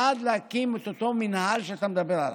אני בעד להקים את אותו מינהל שאתה מדבר עליו.